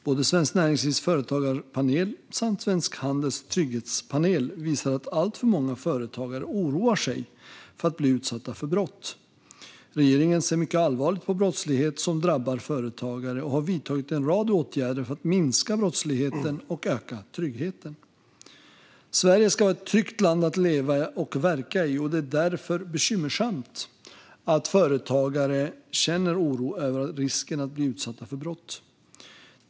Både Svenskt Näringslivs företagarpanel och Svensk Handels trygghetspanel visar att alltför många företagare oroar sig för att bli utsatta för brott. Regeringen ser mycket allvarligt på brottslighet som drabbar företagare och har vidtagit en rad åtgärder för att minska brottsligheten och öka tryggheten. Sverige ska vara ett tryggt land att leva och verka i, och det är därför bekymmersamt att företagare känner oro över risken att bli utsatta för brott.